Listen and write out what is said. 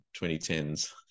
2010s